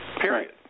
period